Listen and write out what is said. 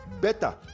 Better